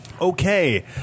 Okay